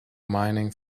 mining